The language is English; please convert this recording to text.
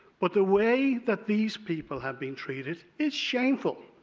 but the way that these people have been treated is shameful.